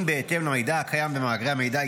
אם בהתאם למידע הקיים במאגרי המידע,